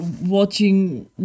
watching